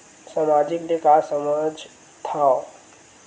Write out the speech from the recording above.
सामाजिक ले का समझ थाव?